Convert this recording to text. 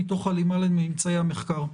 מתוך הלימה לממצאי המחקר.